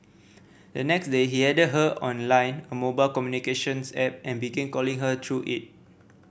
the next day he added her on Line a mobile communications app and began calling her through it